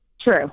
True